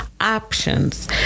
options